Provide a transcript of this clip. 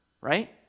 right